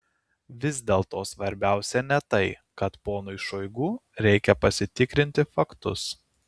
vis dėlto svarbiausia ne tai kad ponui šoigu reikia pasitikrinti faktus